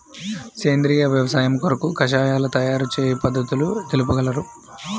సేంద్రియ వ్యవసాయము కొరకు కషాయాల తయారు చేయు పద్ధతులు తెలుపగలరు?